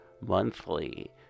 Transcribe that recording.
monthly